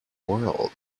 world